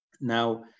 Now